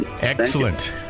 Excellent